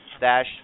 dash